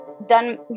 done